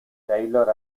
taylor